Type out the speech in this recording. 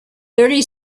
thirty